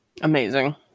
Amazing